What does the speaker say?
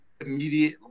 immediate